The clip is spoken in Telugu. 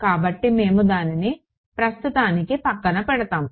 కాబట్టి మేము దానిని ప్రస్తుతానికి పక్కన పెడతాము